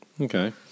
Okay